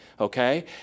Okay